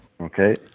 Okay